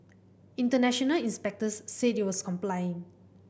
international inspectors said it was complying